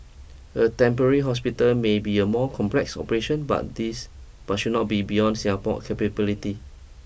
a temporary hospital may be a more complex operation but this but should not be beyond Singapore's capability